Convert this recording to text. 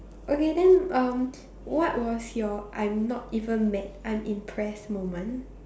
okay then um what was your I'm not even mad I'm impressed moment